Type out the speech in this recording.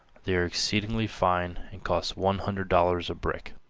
they are exceedingly fine and cost one hundred dollars a brick.